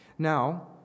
Now